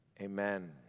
Amen